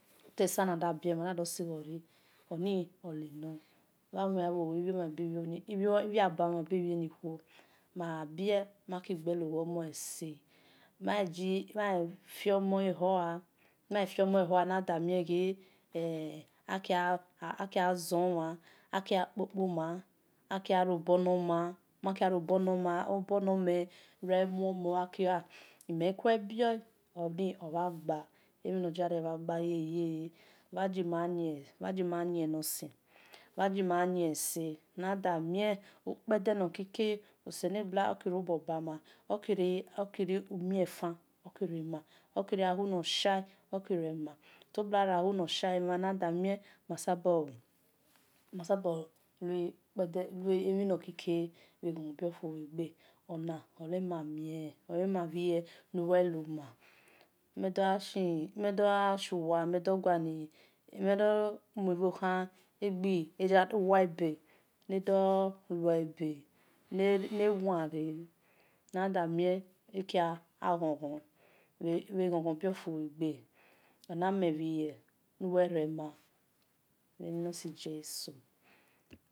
Ole sun na da bie mhen mena de sibho re oni olenor wa hue an ibiaba mhe bie ni khuo ma gha bie ma ki gbelo gho mo ese maki ma ifo mo-eloa nada mio ghe el aki gha zowan aki ghe kpo kpo ma aki lor ma obo nore me̠ romuomen aki yor ghe me kue bie oni omha gba emhi nor diano mhan gba hie hie bha gi ma yin no sen bha gima yie ese na da mie ukpe de nor kike oselobua da riobor ukiri umie fan ma-oki ria hu nor shale mam selobua ria hu nor she mu ma su bor mie emi nor kike bhe ghen-ghon bio fubhe ghe ona ole ma bhire uluo le ma mel do ashi ibho khan ghi uwa be ne dor luebe ne̠ ware nada mie eki gha ghon ghon mofubhe ghe ana mel bhi nuwe re ma bheni nor si jesu.